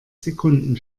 sekunden